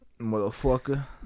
motherfucker